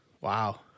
Wow